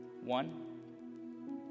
One